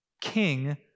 King